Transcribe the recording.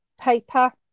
paper